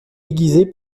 aiguiser